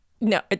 No